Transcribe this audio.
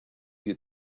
you